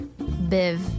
Biv